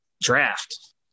draft